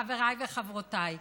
חבריי וחברותיי,